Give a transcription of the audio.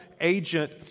agent